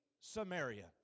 Samaria